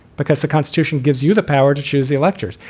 because the constitution gives you the power to choose the electors.